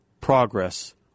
progress